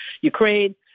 Ukraine